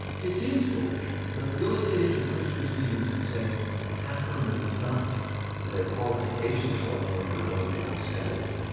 it seems foolish, but real-estate agent christian stevens says you have to remember the times the qualifications for a loan were going down steadily.